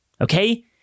Okay